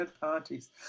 parties